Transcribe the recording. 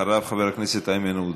אחריו חבר הכנסת איימן עודה.